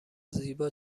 زیبا